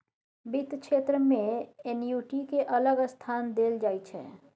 बित्त क्षेत्र मे एन्युटि केँ अलग स्थान देल जाइ छै